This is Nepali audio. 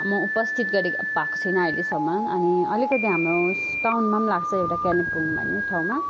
म उपस्थित गरेको भएको छुइनँ अहिलेसम्म अनि अलिकति हाम्रो टाउनमा पनि लाग्छ एउटा कलिम्पोङ भन्ने ठाउँमा